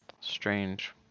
Strange